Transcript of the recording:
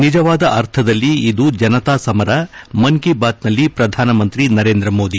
ನಿಜವಾದ ಅರ್ಥದಲ್ಲಿ ಇದು ಜನ ಸಂಘರ್ಷ ಮನ್ ಕೀ ಬಾತ್ನಲ್ಲಿ ಪ್ರಧಾನಮಂತ್ರಿ ನರೇಂದ್ರ ಮೋದಿ